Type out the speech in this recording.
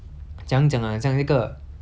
一个注册